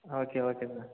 okay okay sir